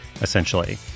essentially